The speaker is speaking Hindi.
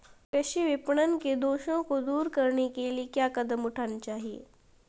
कृषि विपणन के दोषों को दूर करने के लिए क्या कदम उठाने चाहिए?